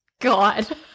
god